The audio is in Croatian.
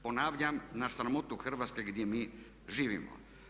Ponavljam na sramotu Hrvatske gdje mi živimo.